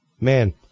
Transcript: Man